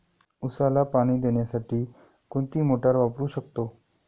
उसाला पाणी देण्यासाठी कोणती मोटार वापरू शकतो?